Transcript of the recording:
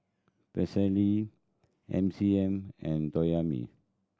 Persil M C M and Toyomi